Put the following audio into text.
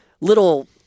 little